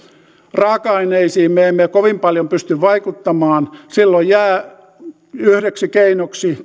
raaka aineisiin me emme kovin paljon pysty vaikuttamaan silloin jää yhdeksi keinoksi